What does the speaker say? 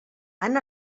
han